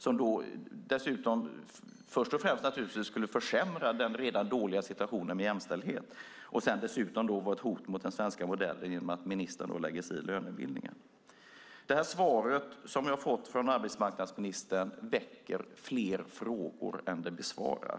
Det skulle naturligtvis först och främst försämra den redan dåliga situationen i fråga om jämställdheten. Dessutom skulle det vara ett hot mot den svenska modellen genom att ministern lägger sig i lönebildningen. Det svar som jag har fått från arbetsmarknadsministern väcker fler frågor än det besvarar.